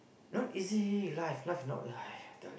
not easy life life not life